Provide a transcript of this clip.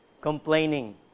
Complaining